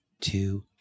two